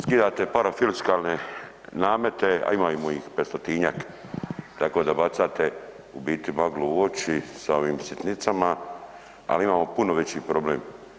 Skidate parafiskalne namete, a imamo ih 500-tinjak tako da bacate u biti maglu u oči sa ovim sitnicama, ali imamo puno veći problem.